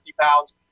pounds